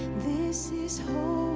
this is